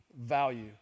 value